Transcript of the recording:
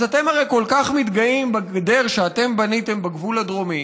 אז אתם הרי כל כך מתגאים בגדר שבניתם בגבול הדרומי,